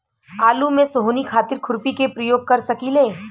आलू में सोहनी खातिर खुरपी के प्रयोग कर सकीले?